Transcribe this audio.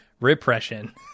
Repression